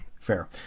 fair